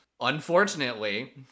Unfortunately